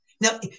now